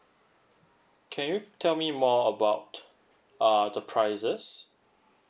can you tell me more about uh the prices